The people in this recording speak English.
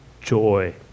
joy